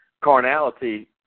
carnality